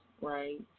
right